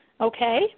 Okay